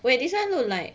wait this one look like